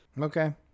Okay